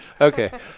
Okay